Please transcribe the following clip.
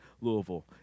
Louisville